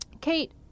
Kate